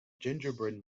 gingerbread